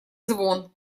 звон